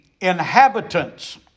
inhabitants